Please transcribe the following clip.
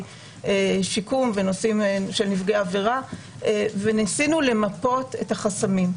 שיקום ונושאים של נפגעי עבירה וניסינו למפות את החסמים.